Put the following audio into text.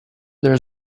there